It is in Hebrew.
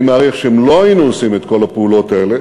אני מעריך שאם לא היינו עושים את כל הפעולות האלה,